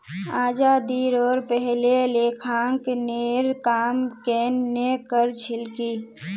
आज़ादीरोर पहले लेखांकनेर काम केन न कर छिल की